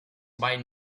buying